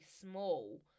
small